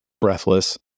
Breathless